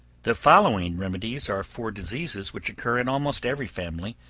the following remedies are for diseases which occur in almost every family,